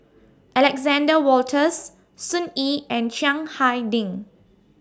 Alexander Wolters Sun Yee and Chiang Hai Ding